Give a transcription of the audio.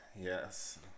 Yes